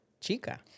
chica